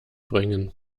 bringen